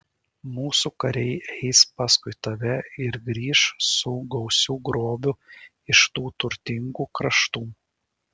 mūsų kariai eis paskui tave ir grįš su gausiu grobiu iš tų turtingų kraštų